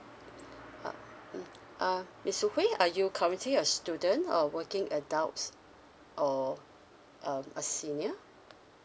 uh mm uh miss shu hwei are you currently a student or working adults or um a senior